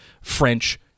French